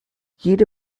jede